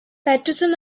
peterson